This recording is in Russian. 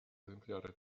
экземпляры